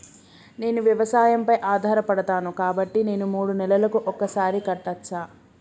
నేను వ్యవసాయం పై ఆధారపడతాను కాబట్టి నేను మూడు నెలలకు ఒక్కసారి కట్టచ్చా?